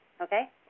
Okay